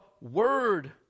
word